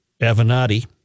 Avenatti